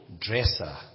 dresser